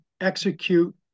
execute